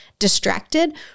distracted